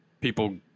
people